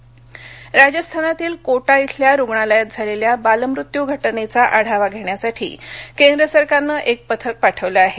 कोटा बालमत्य राजस्थानातील कोटा इथल्या रुग्णालयात झालेल्या बालमृत्यू घटनेचा आढावा घेण्यासाठी केंद्र सरकारने एक पथक पाठवलं आहे